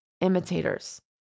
imitators